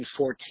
2014